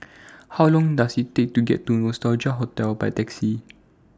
How Long Does IT Take to get to Nostalgia Hotel By Taxi